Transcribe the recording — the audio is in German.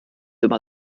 immer